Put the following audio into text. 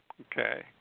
okay